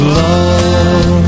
love